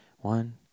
one